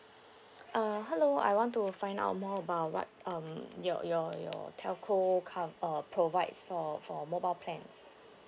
uh hello I want to find out more about what um your your your telco com~ uh provides for for mobile plans